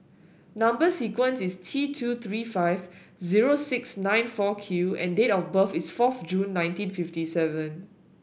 number sequence is T two three five zero six nine four Q and date of birth is fourth June nineteen fifty seven